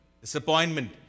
disappointment